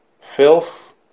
filth